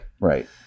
Right